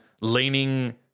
leaning